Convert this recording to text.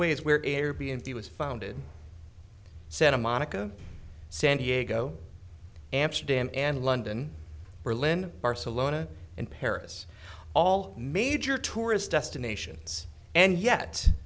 way is where air b n d was founded santa monica san diego amsterdam and london berlin barcelona in paris all major tourist destinations and yet